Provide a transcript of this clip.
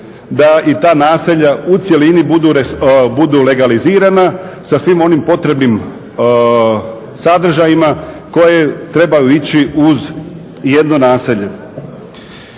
da i ta naselja u cjelini budu legalizirana sa svim onim potrebnim sadržajima koje trebaju ići uz jedno naselje.